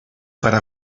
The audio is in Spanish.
para